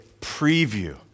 preview